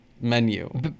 menu